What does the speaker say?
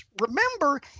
remember